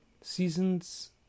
seasons